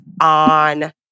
on